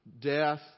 Death